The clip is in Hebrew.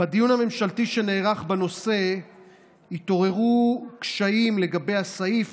בדיון הממשלתי שנערך בנושא התעוררו קשיים לגבי הסעיף,